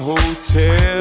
Hotel